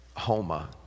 Homa